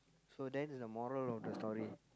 so that is the moral of the story